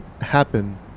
happen